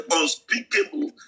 unspeakable